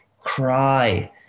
cry